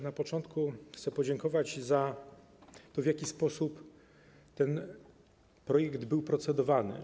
Na początku chcę podziękować za to, w jaki sposób ten projekt był procedowany.